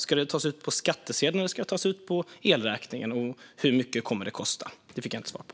Ska det tas ut på skattsedeln eller elräkningen, och hur mycket kommer det att kosta? Det fick jag inget svar på.